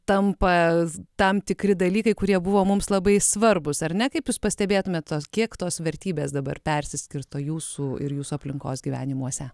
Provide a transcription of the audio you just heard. tampa tam tikri dalykai kurie buvo mums labai svarbūs ar ne kaip jūs pastebėtumėt tos kiek tos vertybės dabar persiskirsto jūsų ir jūsų aplinkos gyvenimuose